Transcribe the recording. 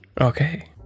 Okay